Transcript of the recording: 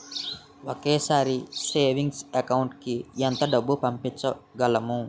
ఒకేసారి savings account కి ఎంత డబ్బు పంపించగలము?